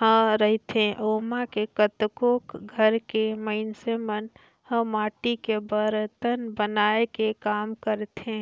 ह रहिथे ओमा के कतको घर के मइनस मन ह माटी के बरतन बनाए के काम करथे